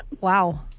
Wow